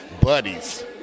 buddies